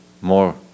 More